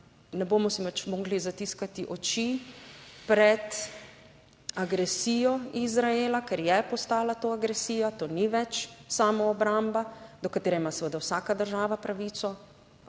ne bomo si več mogli zatiskati oči pred agresijo Izraela, ker je postala to agresija, to ni več samoobramba, do katere ima seveda vsaka država pravico,